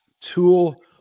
tool